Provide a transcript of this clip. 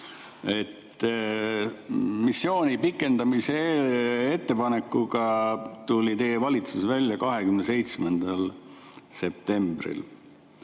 Missiooni pikendamise ettepanekuga tuli teie valitsus välja 27. septembril